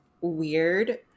weird